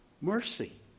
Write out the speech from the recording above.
mercy